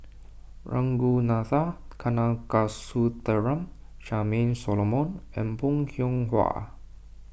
Ragunathar Kanagasuntheram Charmaine Solomon and Bong Hiong Hwa